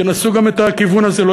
תנסו גם את הכיוון הזה, אני